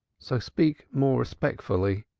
so speak more respectfully,